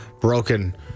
broken